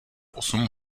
osm